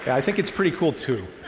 i think it's pretty cool, too.